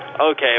Okay